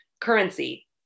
currency